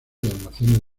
almacenes